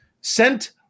sent